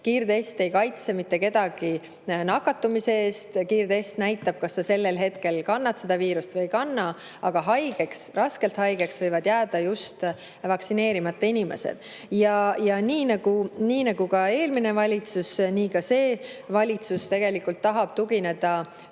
Kiirtest ei kaitse mitte kedagi nakatumise eest ja näitab seda, kas sa sellel hetkel kannad viirust või ei kanna. Aga raskelt haigeks võivad jääda just vaktsineerimata inimesed. Nii nagu eelmine valitsus, nii ka see valitsus tahab tugineda